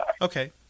Okay